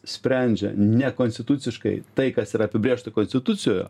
sprendžia ne konstituciškai tai kas yra apibrėžta konstitucijoje